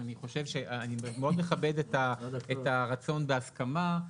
אני מכבד מאוד את הרצון בהסכמה,